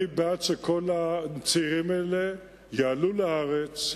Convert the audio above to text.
אני בעד שכל הצעירים האלה יעלו לארץ,